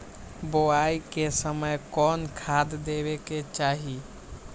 बोआई के समय कौन खाद देवे के चाही?